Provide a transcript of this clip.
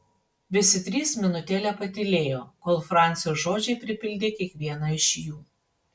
visi trys minutėlę patylėjo kol francio žodžiai pripildė kiekvieną iš jų